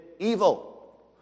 Evil